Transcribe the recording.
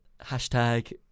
hashtag